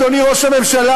אדוני ראש הממשלה,